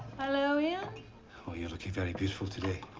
hello, ian. oh, you are looking very beautiful today.